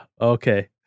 Okay